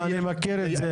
אני מכיר את זה,